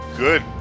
good